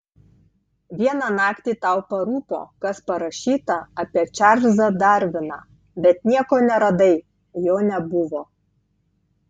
vieną naktį tau parūpo kas parašyta apie čarlzą darviną bet nieko neradai jo nebuvo